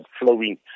flowing